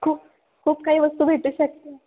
खूप खूप काही वस्तू भेटू शकते